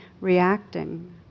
reacting